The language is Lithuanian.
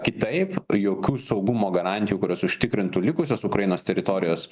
kitaip jokių saugumo garantijų kurios užtikrintų likusios ukrainos teritorijos